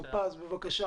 בבקשה.